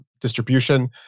distribution